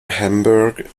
hamburg